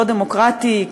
לא דמוקרטי,